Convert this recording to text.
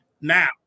now